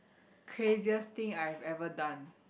craziest thing I have ever done